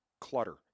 clutter